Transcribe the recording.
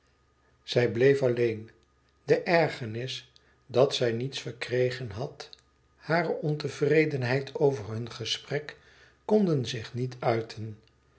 zij bleef alleen de ergernis dat zij niets verkregen had hare ontevredenheid over hun gesprek konden zich niet uiten